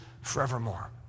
forevermore